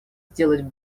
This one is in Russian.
сделать